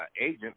agent